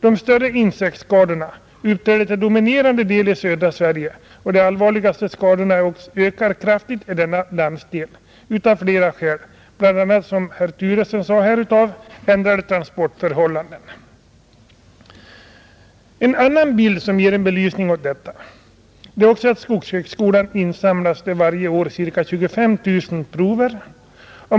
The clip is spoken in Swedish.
De större insektsskadorna uppträder till dominerande del i södra Sverige, och de allvarliga skadorna ökar av flera skäl kraftigt i denna landsdel, bl.a. som herr Turesson sade här på grund av ändrade transportförhållanden. En annan uppgift som ger belysning åt denna fråga är att vid skogshögskolan varje år insamlas ca 25 000 prover.